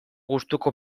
gustuko